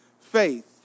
faith